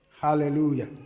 Hallelujah